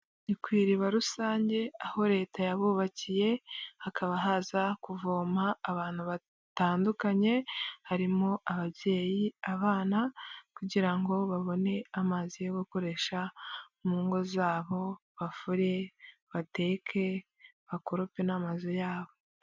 Ni ku iriba rusange aho leta yabubakiye hakaba haza kuvoma abantu batandukanye harimo ababyeyi, abana kugira ngo babone amazi yo gukoresha mu ngo zabo bafure, bateke, bakorope n'amazu yabo.